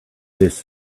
this